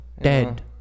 dead